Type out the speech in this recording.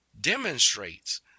demonstrates